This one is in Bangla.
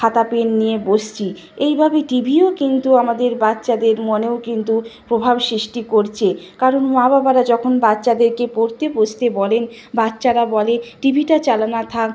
খাতা পেন নিয়ে বসছি এইভাবেই টিভিও কিন্তু আমাদের বাচ্চাদের মনেও কিন্তু প্রভাব সৃষ্টি করছে কারণ মা বাবারা যখন বাচ্চাদেরকে পড়তে বসতে বলেন বাচ্চারা বলে টিভিটা চালানো থাক